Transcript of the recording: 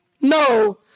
no